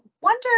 wonder